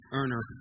earner